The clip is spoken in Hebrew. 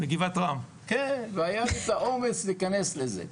לא היה לי את האומץ להכנס לזה.